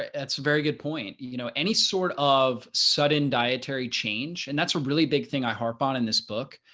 ah that's very good point, you know, any sort of sudden dietary change, and that's a really big thing i harp on in this book,